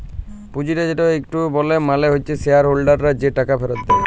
পুঁজিটা যেটাকে ইকুইটি ব্যলে মালে হচ্যে শেয়ার হোল্ডাররা যে টাকা ফেরত দেয়